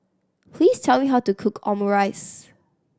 please tell me how to cook Omurice